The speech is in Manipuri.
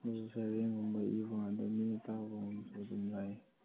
ꯃꯣꯏ ꯁꯩꯔꯦꯡꯒꯨꯝꯕ ꯏꯕꯥ ꯀꯥꯟꯗ ꯃꯤꯅ ꯇꯥꯕꯒꯨꯝꯕꯗꯁꯨ ꯑꯗꯨꯝ ꯂꯥꯏ